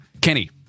Kenny